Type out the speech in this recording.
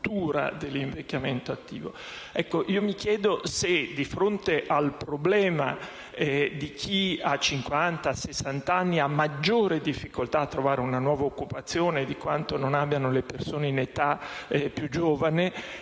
mi chiedo se, di fronte al problema di chi ha cinquanta-sessant'anni ed ha maggiore difficoltà a trovare una nuova occupazione di quanto non abbiano le persone in età più giovane,